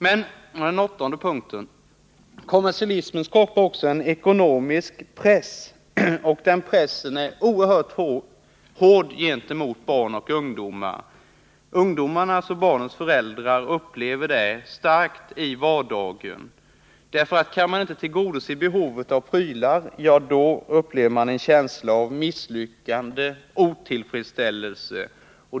Men, och det är den åttonde punkten, kommersialismen skapar också en ekonomisk press. Den pressen är oerhört hård gentemot barn och ungdomar. Ungdomarnas och barnens föräldrar upplever det starkt i vardagen. Kan man inte tillgodose behovet av prylar, då upplever man en känsla av misslyckande och otillfredsställelse.